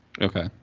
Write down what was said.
okay